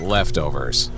leftovers